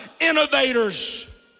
innovators